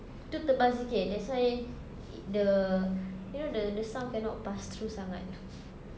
itu tebal sikit that's why the you know the the sound cannot pass through sangat